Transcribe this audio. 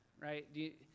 right